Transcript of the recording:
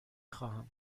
خواهم